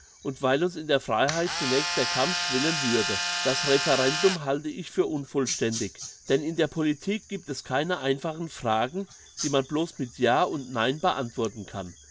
und weil uns in der freiheit zunächst der kamm schwellen würde das referendum halte ich für unverständig denn in der politik gibt es keine einfachen fragen die man blos mit ja und nein beantworten kann